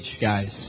guys